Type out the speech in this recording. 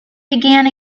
began